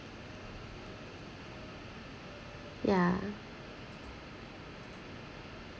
yeah